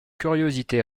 curiosité